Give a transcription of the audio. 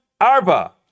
arba